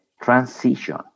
transition